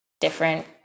different